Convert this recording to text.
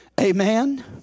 Amen